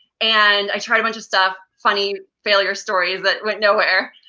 and i tried a bunch of stuff, funny failure stories that went nowhere.